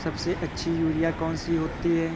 सबसे अच्छी यूरिया कौन सी होती है?